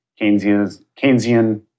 Keynesian